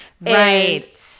Right